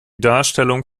darstellung